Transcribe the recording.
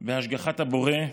בהשגחת הבורא,